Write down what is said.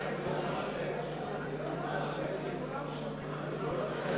משה גפני